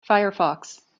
firefox